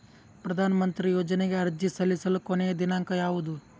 ಪ್ರಧಾನ ಮಂತ್ರಿ ಯೋಜನೆಗೆ ಅರ್ಜಿ ಸಲ್ಲಿಸಲು ಕೊನೆಯ ದಿನಾಂಕ ಯಾವದು?